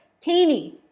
teeny